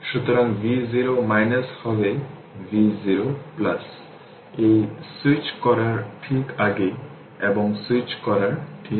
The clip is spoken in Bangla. সুতরাং v0 হবে v0 এটি সুইচ করার ঠিক আগে এবং সুইচ করার ঠিক পরে হবে